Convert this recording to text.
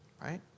Right